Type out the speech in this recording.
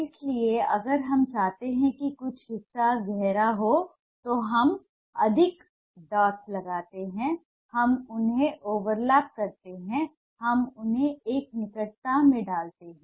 इसलिए अगर हम चाहते हैं कि कुछ हिस्सा गहरा हो तो हम अधिक डॉट्स लगाते हैं हम उन्हें ओवरलैप करते हैं हम उन्हें एक निकटता में डालते हैं